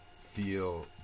feel